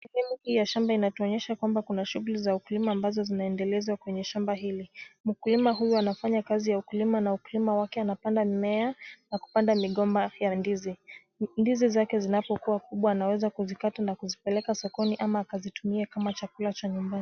Sehemu hii ya shamba inatuonyesha kwamba kuna shughuli za ukulima ambazo zinaendelezwa kwenye shamba hili. Mkulima huyu anafanya kazi ya ukulima na ukulima wake anapanda mimea kwa kupanda migomba ya ndizi. Ndizi zake zinapokuwa kubwa anaweza kuzikata na kuzipeleka sokoni ama akazitumia kama chakula cha nyumbani.